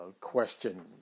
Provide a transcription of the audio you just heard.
question